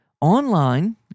online